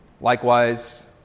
Likewise